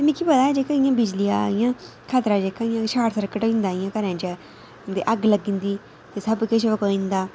मिकी पता ऐ जेह्का इ'यां बिजली दा इ'यां खतरा जेह्का इ'यां शार्ट सर्किट होंदा इ'यां घरें च ते अग्ग लग्गी जंदी सब किश फकोई जंदा